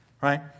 right